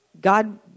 God